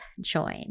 join